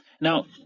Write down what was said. Now